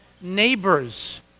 neighbors